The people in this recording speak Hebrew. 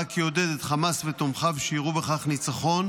ורק יעודד את חמאס ותומכיו שיראו בכך ניצחון,